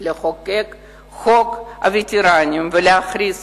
לחוקק את חוק הווטרנים ולהכריז